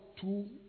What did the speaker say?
two